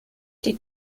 die